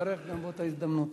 תברך גם, באותה הזדמנות.